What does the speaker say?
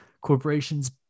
corporations